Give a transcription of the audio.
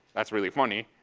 that's really funny,